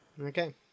Okay